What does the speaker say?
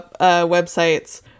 websites